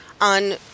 on